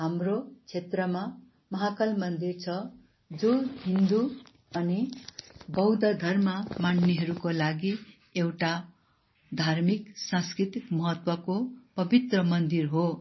हाम्रो क्षेत्रमा महाकाल मन्दिर छ जो हिन्दू अनि बौद्ध धर्म मान्नेहरूको लागि एउटा धार्मिक सांस्कृतिक महत्त्वको पवित्र मन्दिर हो